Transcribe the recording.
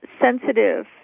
sensitive